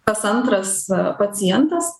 kas antras pacientas